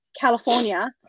California